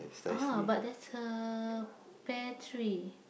!aha! but there's a pear tree